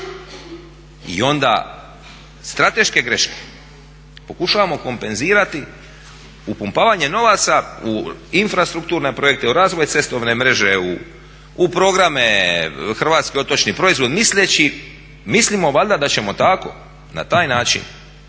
I onda strateške greške, pokušavamo kompenzirati upumpavanje novaca u infrastrukturne projekte, u razvoj cestovne mreže, u programe hrvatski otočni proizvod misleći mislimo valjda da ćemo tako na takav način